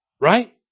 Right